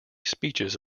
speeches